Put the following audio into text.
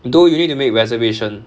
though you need to make reservation